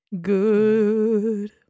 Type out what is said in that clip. good